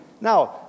Now